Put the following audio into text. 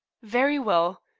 very well.